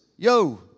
Yo